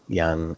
yang